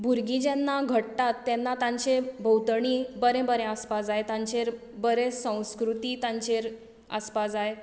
भुरगीं जेन्ना घडटा तेन्ना तांचे भोंवतणी बरें बरें आसपाक जाय तांचेर बरें संस्कृती तांचेर आसपा जाय